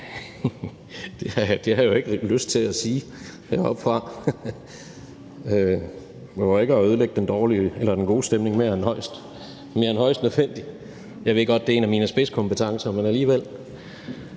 Det har jeg jo ikke lyst til at sige heroppefra. Jeg behøver ikke at ødelægge den gode stemning mere end højst nødvendigt. Jeg ved godt, det er en af mine spidskompetencer, men alligevel.